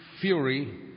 fury